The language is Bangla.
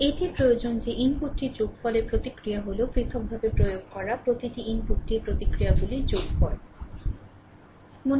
এটির প্রয়োজন যে ইনপুটটির যোগফলের প্রতিক্রিয়া হল পৃথকভাবে প্রয়োগ করা প্রতিটি ইনপুটটির প্রতিক্রিয়াগুলির যোগফল